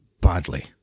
badly